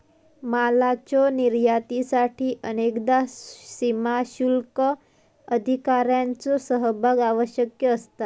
मालाच्यो निर्यातीसाठी अनेकदा सीमाशुल्क अधिकाऱ्यांचो सहभाग आवश्यक असता